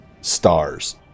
stars